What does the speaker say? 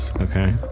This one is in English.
Okay